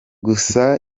gusa